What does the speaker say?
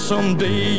Someday